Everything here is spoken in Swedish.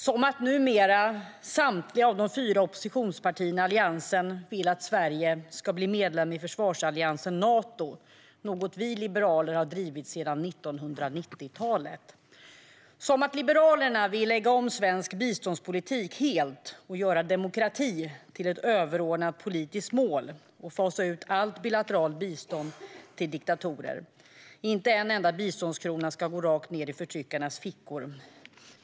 Numera vill samtliga fyra oppositionspartier i Alliansen att Sverige ska bli medlem i försvarsalliansen Nato, något som vi i Liberalerna har drivit sedan 1990-talet. Det handlar om att Liberalerna vill lägga om svensk biståndspolitik helt och göra demokrati till ett överordnat politiskt mål och fasa ut allt bilateralt bistånd till diktatorer. Inte en enda biståndskrona ska gå rakt ned i förtryckarnas fickor.